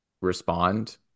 respond